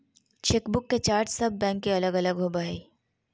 chequebook के charge सब bank के अलग अलग होबा हइ